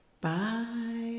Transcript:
Bye